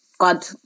God